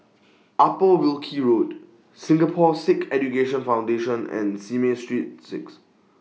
Upper Wilkie Road Singapore Sikh Education Foundation and Simei Street six